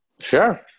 Sure